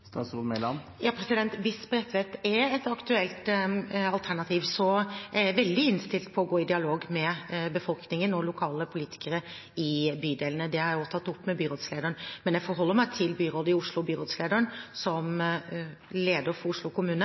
Hvis Bredtvet er et aktuelt alternativ, er jeg veldig innstilt på å gå i dialog med befolkningen og lokalpolitikere i bydelene. Det har jeg også tatt opp med byrådslederen, men jeg forholder meg til byrådet i Oslo og byrådslederen, som leder for Oslo kommune,